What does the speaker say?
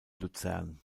luzern